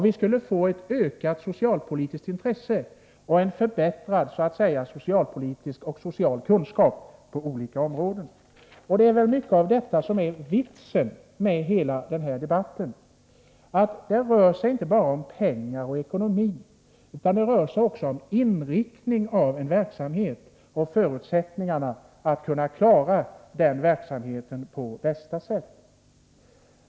Vi skulle få ett ökat socialpolitiskt intresse och en förbättrad socialpolitisk och social kunskap på 91 olika områden. Det är mycket av detta som är vitsen med hela den här debatten. Det rör sig inte bara om pengar och ekonomi, utan också om inriktningen av en verksamhet och förutsättningarna för att klara den verksamheten på bästa sätt.